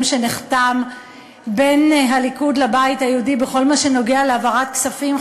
שנחתם בין הליכוד לבית היהודי בכל מה שנוגע להעברת כספים,